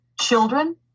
children